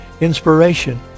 inspiration